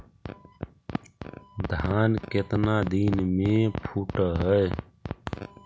धान केतना दिन में फुट है?